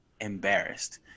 embarrassed